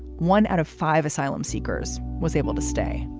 one out of five asylum seekers was able to stay